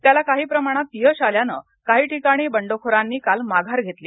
त्याला काही प्रमाणात यश आल्यानं काही ठिकाणी बंडखोरांनी काल माघार घेतली